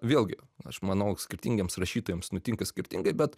vėlgi aš manau skirtingiems rašytojams nutinka skirtingai bet